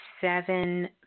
seven